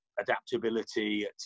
adaptability